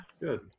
Good